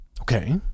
Okay